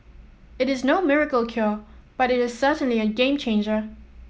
it is no miracle cure but it is certainly a game changer